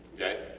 okay.